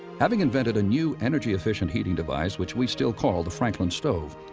having invented a new energy efficient heating device, which we still call the franklin stove,